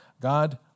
God